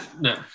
no